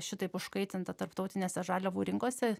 šitaip užkaitinta tarptautinėse žaliavų rinkose